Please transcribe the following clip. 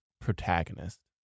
protagonist